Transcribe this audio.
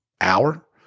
hour